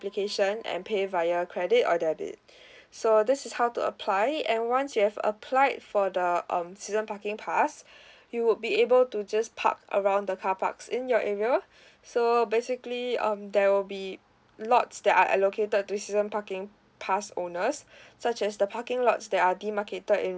application and pay via credit or debit so this is how to apply it and once you have applied for the um season parking pass you would be able to just park around the car parks in your area so basically um there will be lots that are allocated to the season parking pass owners such as the parking lots that are the marketed in